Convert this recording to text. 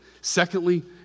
Secondly